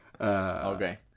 Okay